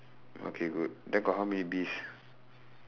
okay good then got how many bees